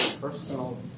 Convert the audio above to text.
personal